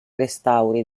restauri